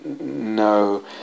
no